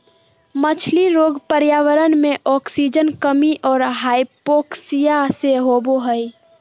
मछली रोग पर्यावरण मे आक्सीजन कमी और हाइपोक्सिया से होबे हइ